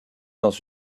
dans